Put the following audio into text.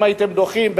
אם הייתם דוחים.